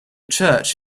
church